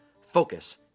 focus